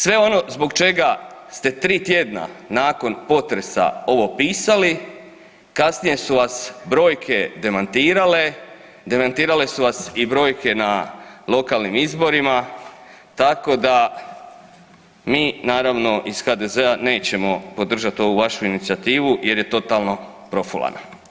Sve ono zbog čega ste 3 tjedna nakon potresa ovo pisali, kasnije su vas brojke demantirale, demantirale su vas i brojke na lokalnim izborima tako da mi naravno iz HDZ-a nećemo podržati ovu vašu inicijativu jer je totalno profulana.